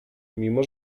mimo